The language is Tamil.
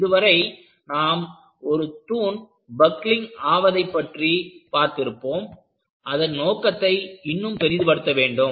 இதுவரை நாம் ஒரு தூண் பக்லிங் ஆவதைப்பற்றி பார்த்திருப்போம் அதன் நோக்கத்தை இன்னும் பெரிதுபடுத்த வேண்டும்